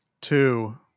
Two